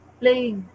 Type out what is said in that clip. playing